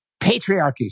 Patriarchies